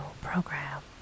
program